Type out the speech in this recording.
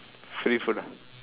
free food ah